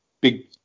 big